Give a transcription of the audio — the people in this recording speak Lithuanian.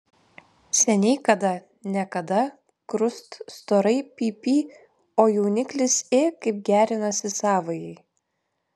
seniai kada ne kada krust storai py py o jauniklis ė kaip gerinasi savajai